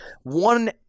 one